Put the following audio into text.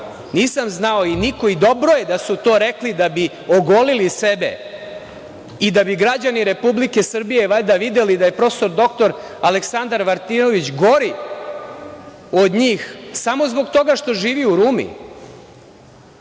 Rumi. Nisam znao i dobro je da su to rekli da bi ogoleli sebe i da bi građani Republike Srbije valjda videli da je prof. dr Aleksandar Martinović gori od njih samo zbog toga što živi u Rumi,